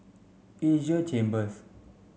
Asia Chambers